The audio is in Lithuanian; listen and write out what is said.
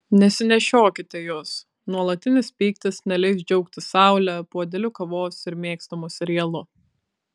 nesinešiokite jos nuolatinis pyktis neleis džiaugtis saule puodeliu kavos ir mėgstamu serialu